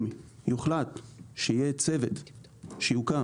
אם יוחלט שיהיה צוות שיוקם,